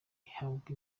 ihabwa